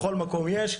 בכל מקום יש,